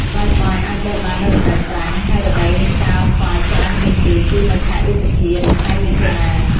ផ្លែស្វាយអាចបេះបាននៅរដូវប្រាំង ហើយរដូវកាលស្វាយច្រើនជាងគេគឺនៅខែឧសភា និងខែមិថុនា។